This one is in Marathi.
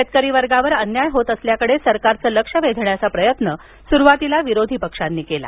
शेतकरी वर्गावर अन्याय होत असल्याकडे सरकारचे लक्ष वेधण्याचा प्रयत्न सुरुवातीला विरोधी पक्षांनी केला